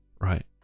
right